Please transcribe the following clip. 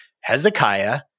Hezekiah